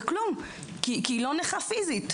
אבל כלום כי היא לא נכה פיזית.